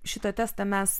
šitą testą mes